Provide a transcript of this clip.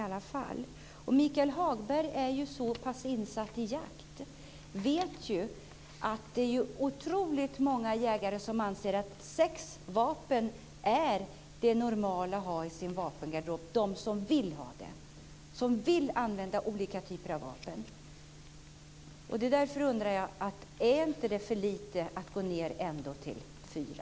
Michael Hagberg är ju insatt i jakt och vet att det är otroligt många jägare som anser att sex vapen är det normala att ha i sin vapengarderob. Det handlar om dem som vill ha sex vapen och som vill använda olika typer av vapen. Därför undrar jag om det inte är för lite att gå ned till fyra.